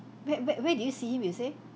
where where where did you see him you say